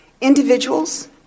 Individuals